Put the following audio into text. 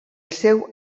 seu